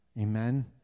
Amen